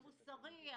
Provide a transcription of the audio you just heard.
המוסרי,